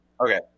Okay